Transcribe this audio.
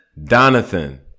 Donathan